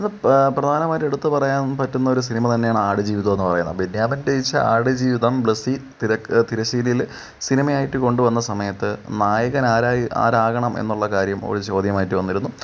അത് പ്രധാനമായിട്ടെടുത്ത് പറയാൻ പറ്റുന്നെരു സിനിമ തന്നെയാണ് ആടുജീവിതം എന്ന് പറയുന്നത് ബെന്യാമിൻ രചിച്ച ആടുജീവിതം ബ്ലെസ്സി തിരക്ക തിരശീലയിൽ സിനിമയായിട്ട് കൊണ്ട് വന്ന സമയത്ത് നായകൻ ആരായി ആരാകണം എന്നുള്ള കാര്യം ഒരു ചോദ്യമായിട്ട് വന്നിരുന്നു